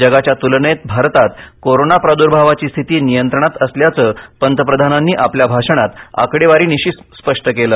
जगाच्या तूलनेत भारतात कोरोना प्रादूर्भावाची स्थिती नियंत्रणात असल्याचं पंतप्रधानांनी आपल्या भाषणात आकडेवारीनिशी स्पष्ट केलं